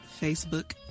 Facebook